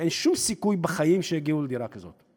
ואין שום סיכוי בחיים שיגיעו לדירה כזאת.